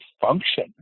function